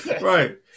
Right